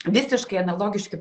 visiškai analogiški